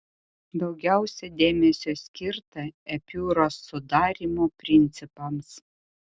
daugiausia dėmesio skirta epiūros sudarymo principams